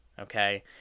okay